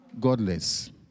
godless